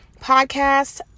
podcast